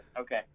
Okay